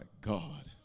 God